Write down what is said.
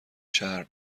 شهر